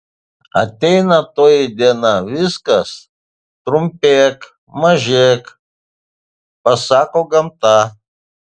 ateina toji diena viskas trumpėk mažėk pasako gamta